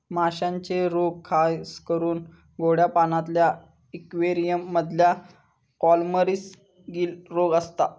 माश्यांचे रोग खासकरून गोड्या पाण्यातल्या इक्वेरियम मधल्या कॉलमरीस, गील रोग असता